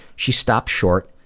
she stopped short,